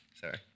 Sorry